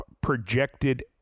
projected